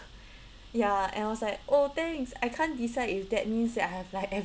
ya and I was like oh thanks I can't decide if that means that I have like have